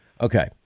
Okay